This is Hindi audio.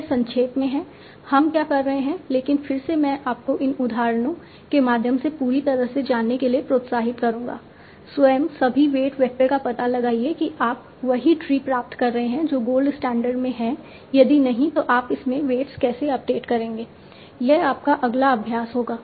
यह संक्षेप में है हम क्या कर रहे हैं लेकिन फिर से मैं आपको इन उदाहरणों के माध्यम से पूरी तरह से जाने के लिए प्रोत्साहित करूंगा स्वयं सभी वेट वैक्टर का पता लगाइए कि क्या आप वही ट्री प्राप्त कर रहे हैं जो गोल्ड स्टैंडर्ड में है यदि नहीं तो आप इसमें वेट्स कैसे अपडेट करेंगे यह आपका अगला अभ्यास होगा